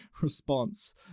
response